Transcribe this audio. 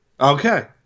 Okay